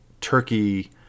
Turkey